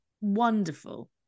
wonderful